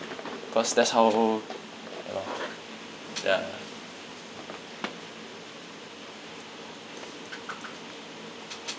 cause that's how ya lor ya ya